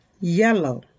Yellow